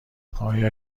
آیا